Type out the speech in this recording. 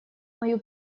мою